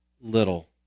little